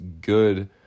good